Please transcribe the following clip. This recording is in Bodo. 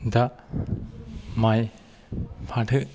दा माइ फाथो